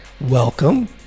welcome